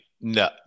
no